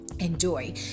enjoy